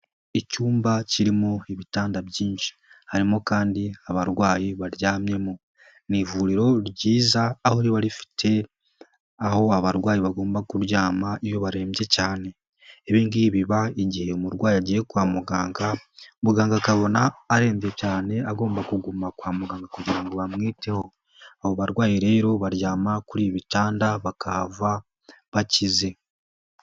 Icyumba kirimo ibitanda byinshi harimo kandi abarwayi baryamyemo, ni ivuriro ryiza aho riba rifite aho abarwayi bagomba kuryama iyo barembye cyane, ibi ngibi biba igihe umurwayi agiye kwa muganga muganga akabona arembye cyane agomba kuguma kwa muganga kugira ngo bamwiteho, abo barwayi rero baryama kuri ibi bitanda bakahava bakize.